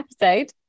episode